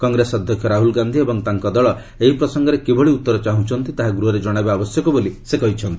କଂଗ୍ରେସ ଅଧ୍ୟକ୍ଷ ରାହୁଲ ଗାନ୍ଧି ଏବଂ ତାଙ୍କ ଦଳ ଏହି ପ୍ରସଙ୍ଗରେ କିଭଳି ଉତ୍ତର ଚାହୁଁଛନ୍ତି ତାହା ଗୃହରେ ଜଣାଇବା ଆବଶ୍ୟକ ବୋଲି ସେ କହିଛନ୍ତି